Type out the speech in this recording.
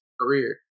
career